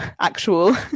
actual